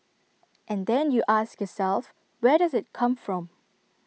and then you ask yourself where does IT come from